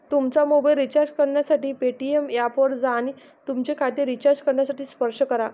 तुमचा mobile recharge करण्यासाठी Paytm ऐपवर जा आणि तुमचे खाते रिचार्ज करण्यासाठी स्पर्श करा